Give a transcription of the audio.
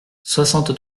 soixante